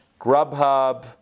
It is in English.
Grubhub